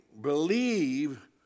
believe